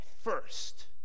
first